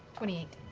twenty eight.